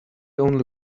only